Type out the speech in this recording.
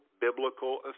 biblical